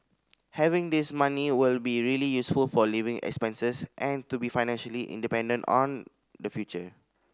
having this money will be really useful for living expenses and to be financially independent on the future